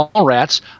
rats